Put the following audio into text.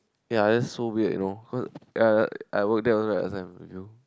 ya that's so weird you know cause ya ya I work there also last time you know